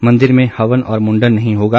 मंदिर में हवन और मुंडन नहीं होगा